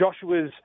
Joshua's